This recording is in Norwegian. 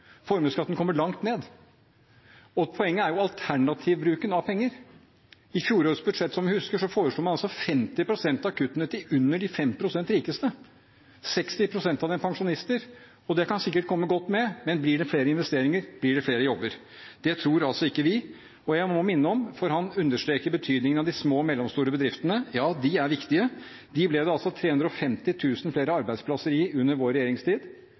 Formuesskatten kommer langt ned. Poenget er alternativbruken av penger. I fjorårets budsjett foreslo man altså, som vi husker, at 50 pst. av kuttene skulle gis til under de 5 pst. rikeste – 60 pst. av dem pensjonister – og det kan sikkert komme godt med, men blir det flere investeringer, blir det flere jobber? Det tror altså ikke vi. Og jeg må minne om, for han understreker betydningen av de små og mellomstore bedriftene: Ja, de er viktige. De ble det altså 350 000 flere arbeidsplasser i under vår regjeringstid